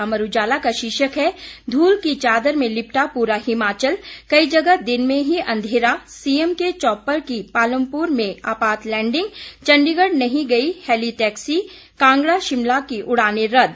अमर उजाला का शीर्षक है धूल की चादर में लिपटा पूरा हिमाचल कई जगह दिन में ही अंघेरा सीएम के चौपर की पालमपूर में आपात लैंडिग चंडीगढ़ नहीं गई हेली टैक्सी कांगड़ा शिमला की उड़ाने रद्द